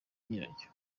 nyiraryo